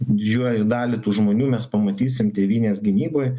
didžiuoji dalį tų žmonių mes pamatysim tėvynės gynyboj